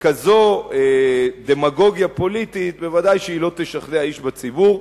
וכזו דמגוגיה פוליטית בוודאי לא ישכנעו איש בציבור,